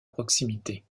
proximité